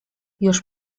już